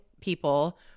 people